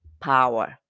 power